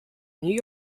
new